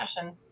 fashion